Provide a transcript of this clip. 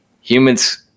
humans